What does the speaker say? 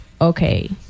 okay